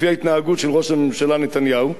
לפי ההתנהגות של ראש הממשלה נתניהו,